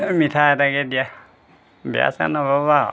মিঠাই এটাকে দিয়া বেয়া চেয়া নাপাবা